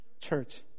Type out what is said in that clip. church